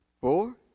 Four